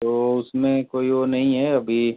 तो उसमें कोई वो नहीं है अभी